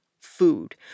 food